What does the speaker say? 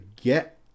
Get